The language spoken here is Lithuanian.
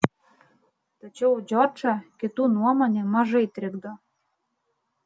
tačiau džordžą kitų nuomonė mažai trikdo